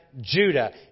Judah